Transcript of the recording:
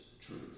truth